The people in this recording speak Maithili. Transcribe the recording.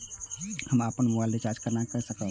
हम अपन मोबाइल के रिचार्ज के कई सकाब?